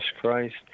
Christ